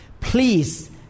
please